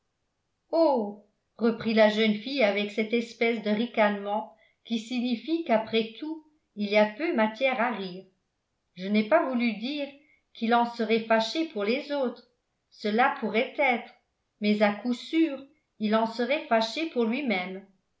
reprit la jeune fille avec cette espèce de ricanement qui signifie qu'après tout il y a peu matière à rire je n'ai pas voulu dire qu'il en serait fâché pour les autres cela pourrait être mais à coup sûr il en serait fâché pour lui-même